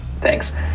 Thanks